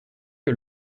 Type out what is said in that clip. que